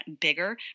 bigger